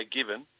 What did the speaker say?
given